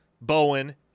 Bowen